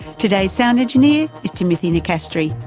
today's sound engineer is timothy nicastri.